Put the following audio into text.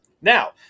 Now